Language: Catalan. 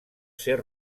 ser